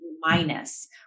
minus